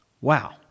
Wow